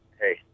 hey